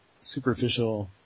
superficial